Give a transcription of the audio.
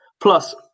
plus